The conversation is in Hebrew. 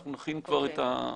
אנחנו נכין כבר את --- אוקיי.